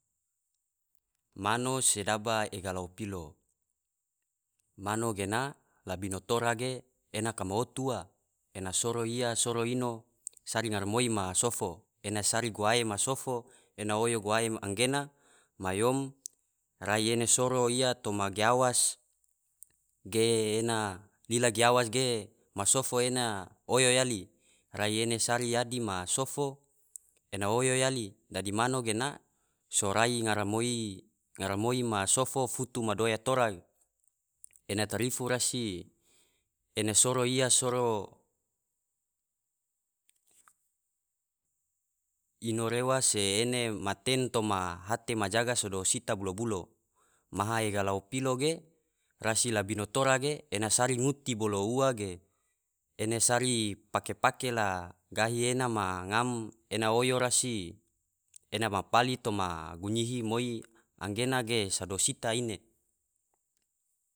Mano sedaba ega lao pilo, mano gena labino tora ge ena kama otu ua, ena soro iya soro ino sari ngaramoi ma sofo ena sari guwae ma sofo, ena oyo guwae gena ma yom rai ene soro iya toma giawas ge ena lila giawas ge ma sofo ena oyo yali, rai ene sari yadi ma sofo ena oyo yali dadi mano gena, sorai ngaramoi ma sofo futu madoya tora ena tarifu rasi ena soro iya soro ino rewa se ene ma tem toma hate majaga sodo sita bulo-bulo, maha ega lao pilo ge, rasi labino tora ge ena sari nguti bolo ua ge ene sari pake-pake la gahi ena ma ngam, ena oyo rasi ena ma pali toma gunyihi moi gena ge sado sita ine.